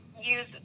use